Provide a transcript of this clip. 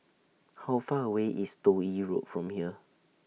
How Far away IS Toh Yi Road from here